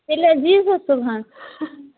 تیٚلہِ حظ یی زیٚو صُبحن